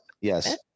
Yes